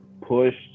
pushed